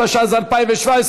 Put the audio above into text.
התשע"ז 2017,